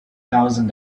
thousand